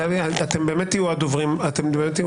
גבי, אתם באמת תהיו הדוברים הראשונים.